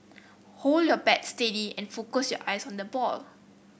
hold your bat steady and focus your eyes on the ball